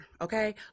Okay